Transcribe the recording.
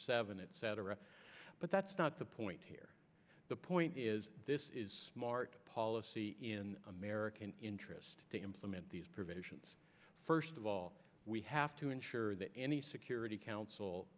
seven etc but that's not the point here the point is this is smart policy in american interest to implement these provisions first of all we have to ensure that any security council